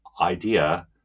idea